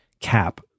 cap